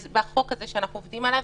בחוק הזה שאנחנו עובדים עליו,